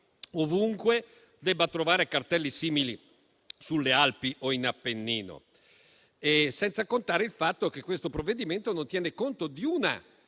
ovunque, debba trovare cartelli simili sulle Alpi o sull'Appennino? Senza contare il fatto che questo provvedimento non tiene conto di